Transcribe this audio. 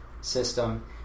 system